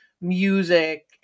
music